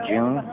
June